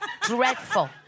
Dreadful